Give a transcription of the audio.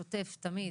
שוטף ותמיד